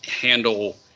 handle